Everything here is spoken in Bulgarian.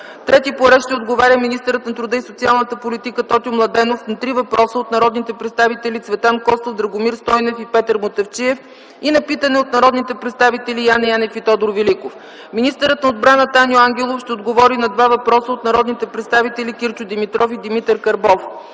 Трети по ред ще отговаря министърът на труда и социалната политика Тотю Младенов на три въпроса от народните представители Цветан Костов, Драгомир Стойнев и Петър Мутафчиев и на питане от народните представители Яне Янев и Тодор Великов. Министърът на отбраната Аню Ангелов ще отговори на два въпроса от народните представители Кирчо Димитров и Димитър Карбов.